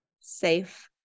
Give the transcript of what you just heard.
safe